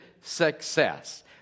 success